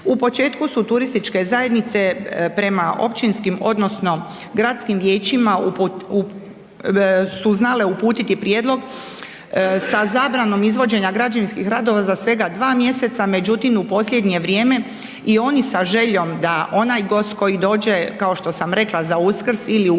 U početku su turističke zajednice prema općinskim odnosno gradskim vijećima su znale uputiti prijedlog sa zabranom izvođenja građevinskih radova za svega dva mjeseca, međutim u posljednje vrijeme i oni sa željom da onaj gost koji dođe kao što sam rekla za Uskrs ili u rujnu